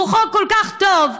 והוא חוק כל כך טוב,